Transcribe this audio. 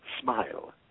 smile